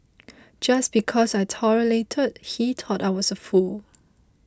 just because I tolerated he thought I was a fool